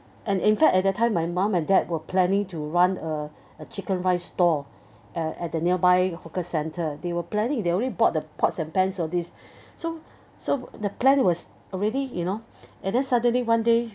and in fact at that time my mom and dad were planning to run a a chicken rice stall at the nearby hawker center they were planning they already bought the pots and pans all these so so the plan was already you know and then suddenly one day